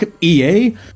EA